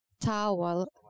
towel